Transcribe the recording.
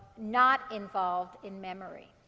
not involved in memory.